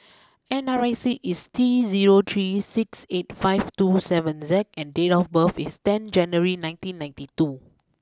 N R I C is T zero three six eight five two seven Z and date of birth is ten January nineteen ninety two